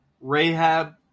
Rahab